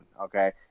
okay